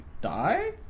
die